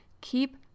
Keep